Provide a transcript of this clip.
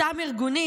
אותם ארגונים